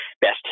best